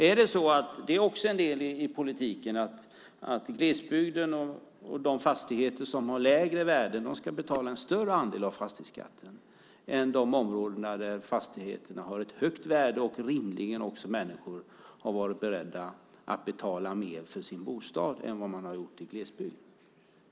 Är det en del i politiken att glesbygden där fastigheterna har lägre värden ska betala en större andel av fastighetsskatten än de områden där fastigheterna har ett högt värde och där människorna rimligen också har varit beredda att betala mer för sin bostad än vad man har gjort i glesbygden?